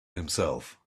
himself